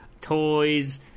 Toys